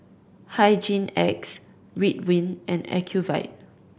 Hygin X Ridwind and Ocuvite